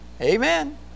Amen